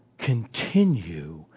continue